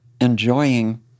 enjoying